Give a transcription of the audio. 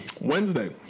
Wednesday